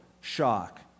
shock